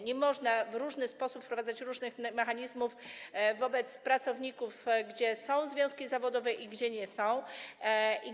Nie można w różny sposób wprowadzać różnych mechanizmów wobec pracowników, gdzie są związki zawodowe i gdzie ich nie ma.